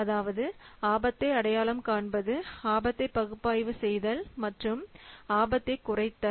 அதாவது ஆபத்தை அடையாளம் காண்பது ஆபத்தை பகுப்பாய்வு செய்தல் மற்றும் ஆபத்தை குறைத்தல்